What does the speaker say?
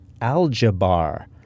algebra